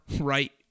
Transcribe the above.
right